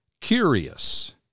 curious